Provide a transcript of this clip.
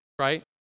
right